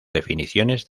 definiciones